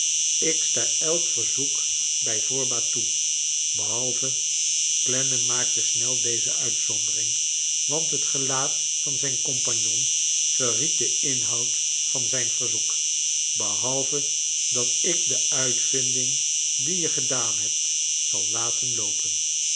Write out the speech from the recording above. jlk sta elk verzoek bij voorbaat toe behalve clennam maakte snel deze uitzondering want het gelaat van zijn compagnon verried den inhoud van zijn verzoek behalve dat ik do uitvinding die je gedaan hebt zal laten loopen